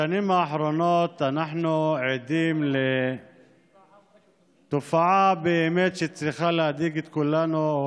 בשנים האחרונות אנחנו עדים לתופעה שבאמת צריכה להדאיג את כולנו,